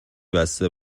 بسته